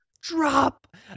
Drop